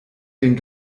den